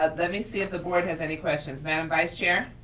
ah let me see if the board has any questions, madam vice chair?